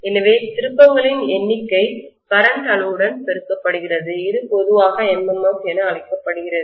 எனவே திருப்பங்களின்சுழற்சி எண்ணிக்கை கரண்ட் அளவுடன் பெருக்கப்படுகிறது இது பொதுவாக MMF என அழைக்கப்படுகிறது